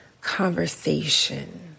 conversation